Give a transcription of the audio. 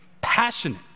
passionate